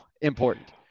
important